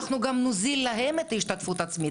אנחנו גם נוזיל לשם את ההשתתפות העצמית.